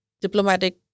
diplomatic